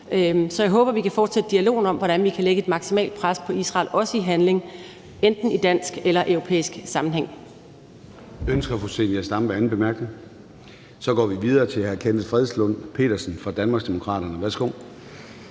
Så jeg håber, at vi kan fortsætte dialogen om, hvordan vi kan lægge et maksimalt pres på Israel, også i handling, enten i dansk eller i europæisk sammenhæng.